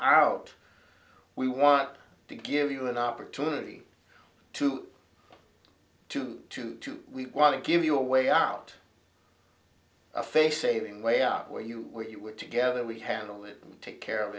out we want to give you an opportunity to to to to we want to give you a way out a face saving way out where you were you were together we handle it take care of